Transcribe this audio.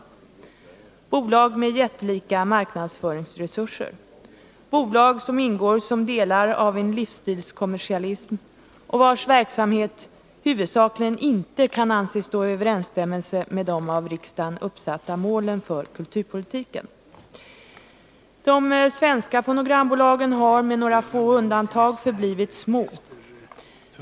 Det är bolag med jättelika marknadsföringsresurser, bolag som ingår som delar av en livsstilskommersialism och vars verksamhet huvudsakligen inte kan anses stå i överensstämmelse med av riksdagen uppsatta mål för kulturpolitiken. De svenska fonogrambolagen har med några få undantag förblivit små.